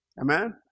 Amen